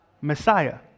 Messiah